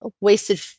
wasted